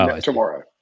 tomorrow